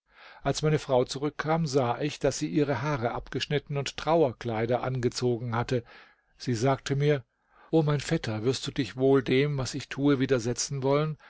als meine frau zurückkam sah ich daß sie ihre haare abgeschnitten und trauerkleider angezogen hatte sie sagte mir o mein vetter wirst du dich wohl dem was ich tue widersetzen wollen